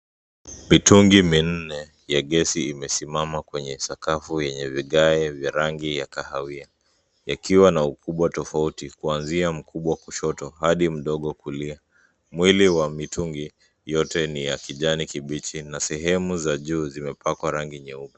Mitungi minne ya gesi imesimama kwenye sakafu yenye vigae vya rangi ya kahawia; yakiwa na ukubwa tofauti, kuanzia mkubwa kushoto hadi mdogo kulia. Mwili wa mitungi yote ni ya kijani kibichi na sehemu za juu zimepakwa rangi nyeupe.